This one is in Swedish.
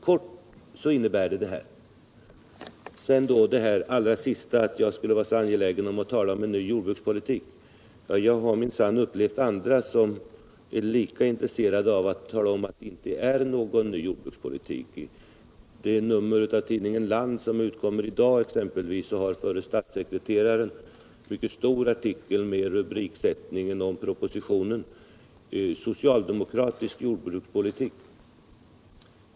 Kortfattat uttryckt innebär det detta. Sedan till den allra sista punkten, att jag skulle vara så angelägen att tala om en ny jordbrukspolitik. Jag har minsann upplevt andra som är lika intresserade av att tala om att det inte är någon ny jordbrukspolitik. I det nummer av tidningen Land som utkommer i dag har förre statssekreteraren en mycket stor artikel om produktionen med rubriksättningen Socialdemokratisk jordbrukspolitik.